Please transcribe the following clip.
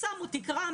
שמו תקרה,